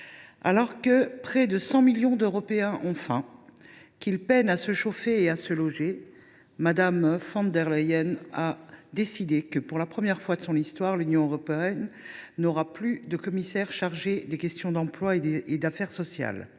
alors que près de 100 millions d’Européens ont faim, qu’ils peinent à se chauffer et à se loger, Mme von der Leyen a décidé que, pour la première fois de son histoire, l’Union européenne n’aurait plus de commissaire à l’emploi et aux droits sociaux